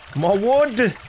more wood.